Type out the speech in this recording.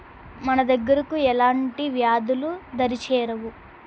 మన దగ్గరకు ఎలాంటి వ్యాధులు దరి చేరవు